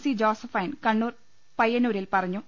C Josephine Kannur പയ്യന്നൂരിൽ പറഞ്ഞു